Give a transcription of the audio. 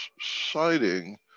citing